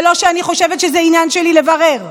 ולא שאני חושבת שזה עניין שלי לברר,